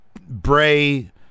Bray